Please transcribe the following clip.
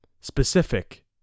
specific